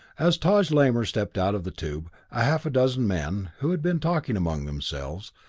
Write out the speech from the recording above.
as taj lamor stepped out of the tube, a half-dozen men, who had been talking among themselves,